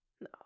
No